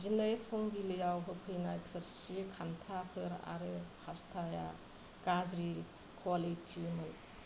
दिनै फुंबिलियाव होफैनाय थोरसि खान्थाफोर आरो पास्ताया गाज्रि कुवालिटिमोन